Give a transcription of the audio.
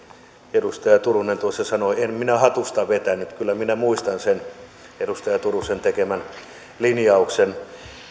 edustaja turunen tuossa sanoi en minä hatusta vetänyt kyllä minä muistan sen edustaja turusen tekemän linjauksen